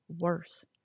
worse